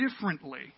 differently